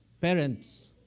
Parents